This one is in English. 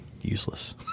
useless